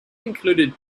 included